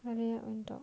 I mean ya on top